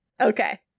Okay